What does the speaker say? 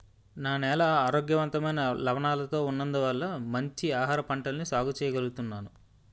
నా నేల ఆరోగ్యవంతమైన లవణాలతో ఉన్నందువల్ల మంచి ఆహారపంటల్ని సాగు చెయ్యగలుగుతున్నాను